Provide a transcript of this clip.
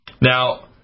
Now